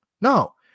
No